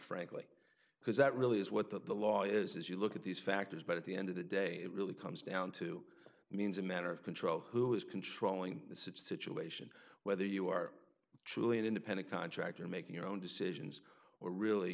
frankly because that really is what the law is you look at these factors but at the end of the day it really comes down to means a matter of control who is controlling the situation whether you are truly an independent contractor making your own decisions or really